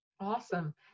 awesome